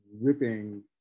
ripping